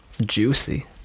juicy